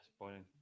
Disappointing